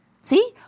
See